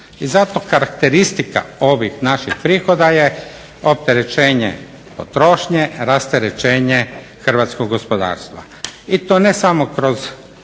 I zato karakteristika ovih naših prihoda je opterećenje potrošnje, rasterećenje hrvatskog gospodarstva. I to ne samo kroz